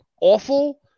awful